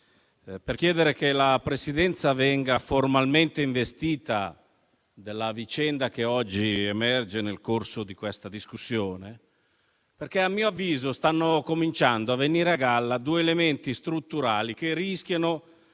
per chiedere che la Presidenza venga formalmente investita della vicenda che oggi emerge nel corso di questa discussione, perché, a mio avviso, stanno cominciando a venire a galla due elementi strutturali che rischiano